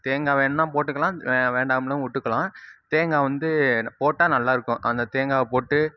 தேங்காய் வேணும்னா போட்டுக்கலாம் வேண்டாம்னா விட்டுக்கலாம் தேங்காய் வந்து போட்டால் நல்லாயிருக்கும் அந்த தேங்காவை போட்டு